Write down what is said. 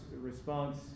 response